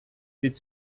від